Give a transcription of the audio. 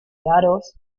daros